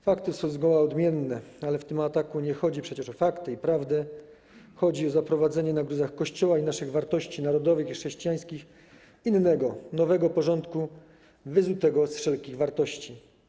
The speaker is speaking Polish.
Fakty są zgoła odmienne, ale w tym ataku nie chodzi przecież o fakty i prawdę - chodzi o zaprowadzenie na gruzach Kościoła i naszych wartości narodowych i chrześcijańskich innego, nowego porządku wyzutego z wszelkich wartości.